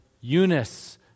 Eunice